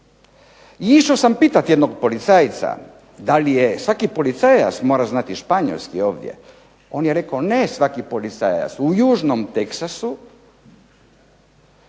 I išao sam pitati jednog policajca da li je svaki policajac mora znati španjolski ovdje, on je rekao ne svaki policajac, u južnom Teksasu